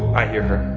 i hear her.